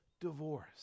divorce